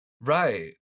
Right